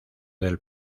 del